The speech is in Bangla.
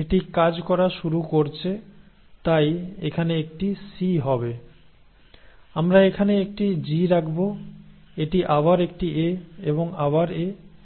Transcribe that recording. এটি কাজ করা শুরু করছে তাই এখানে একটি C হবে আমরা এখানে একটি G রাখব এটি আবার একটি A এবং আবার A